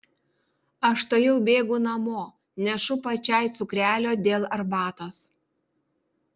aš tuojau bėgu namo nešu pačiai cukrelio dėl arbatos